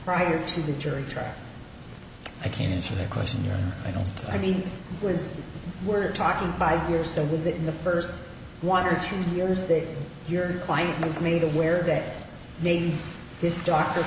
prior to the jury trial i can't answer that question or i don't i mean was we're talking five years there was it in the first one or two years that your client was made aware that maybe this doctor